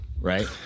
right